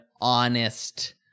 honest